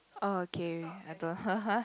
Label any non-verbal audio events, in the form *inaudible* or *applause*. oh okay I don't *laughs*